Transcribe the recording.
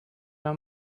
were